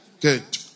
good